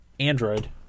android